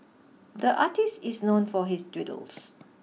the artist is known for his doodles